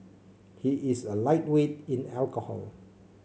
he is a lightweight in alcohol